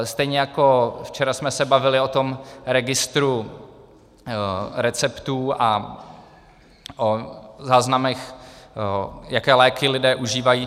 Stejně jako včera jsme se bavili o tom registru receptů a o záznamech, jaké léky lidé užívají.